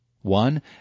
One